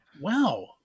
Wow